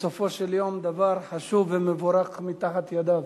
בסופו של יום, דבר חשוב ומבורך מתחת ידיו.